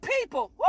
people